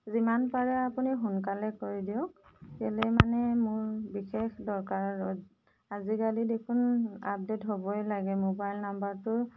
যিমান পাৰে আপুনি সোনকালে কৰি দিয়ক কেলে মানে মোৰ বিশেষ দৰকাৰত আজিকালি দেখোন আপডেট হ'বই লাগে মোবাইল নম্বৰটোৰ